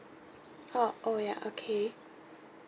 oh oh ya okay